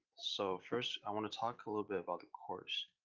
so first i want to talk a little bit about the course.